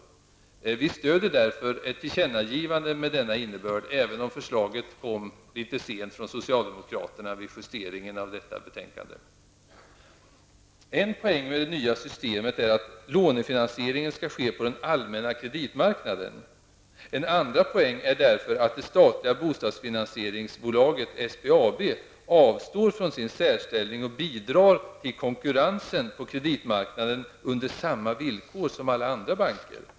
Vi stöder därför ett tillkännagivande med denna innebörd, även om förslaget kom litet sent från socialdemokraterna -- En poäng med det nya systemet är att lånefinansieringen skall ske på den allmänna kreditmarknaden. En andra poäng är därför att det statliga bostadsfinansieringsbolaget SBAB avstår från sin särställning och bidrar till konkurrensen på kreditmarknaden under samma villkor som alla andra banker.